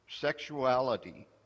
sexuality